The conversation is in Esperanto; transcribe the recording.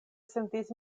sentis